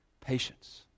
Patience